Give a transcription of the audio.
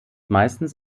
meistens